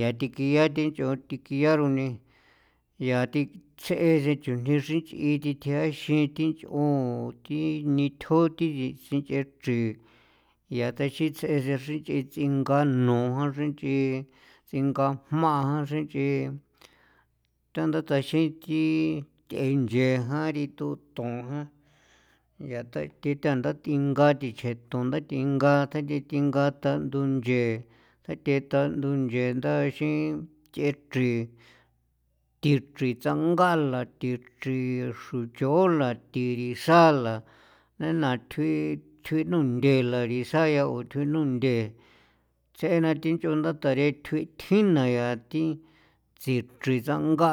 yaa thikian thi nch'on thi kian roni yaa thi ts'ese chujni xrinch'i thi thi tsixin thi nch'on thi nithjo thi taxin sinch'e chjri yaa te tsits'ese xrin nch'i sinch'ee tsingaa nuan xrin nch'i ts'inga jma xrin nch'i tanda taxi thi th'e nche jan rito thonjan ya tai thi the tanda thinga thichje thunda thinga ta thi thinga tan ndunchee ta thi ndunchee ndaxin nch'ee chrin thi chrin tsangala thi chrin xro nchoola thi sala nenaa thjuin thjuin nunthe la risaya o thjuin nunthe tseena thi nch'on nda taree thjuin jinna yaa thi tsii chrin tsanga